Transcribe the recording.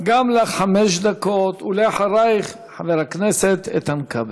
גם לך חמש דקות, ואחרייך חבר הכנסת איתן כבל.